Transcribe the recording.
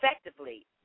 effectively